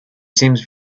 seems